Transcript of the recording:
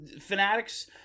Fanatics